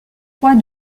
croix